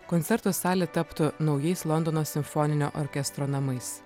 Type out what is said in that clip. koncerto salė taptų naujais londono simfoninio orkestro namais